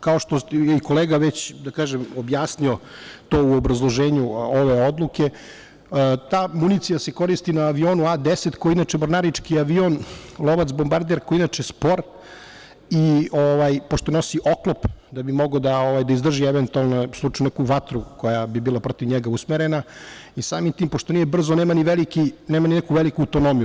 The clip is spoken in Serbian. Kao što je kolega objasnio u obrazloženju ove odluke, ta municija se koristi na avionu A10, koji je inače mornarički avion, lovac bombarder, koji je inače spor i pošto nosi oklop da bi mogao da izdrži, eventualno, neku slučajnu vatru koja bi bila protiv njega usmerena, samim tim, pošto nije brz, nema ni neku veliku autonomiju.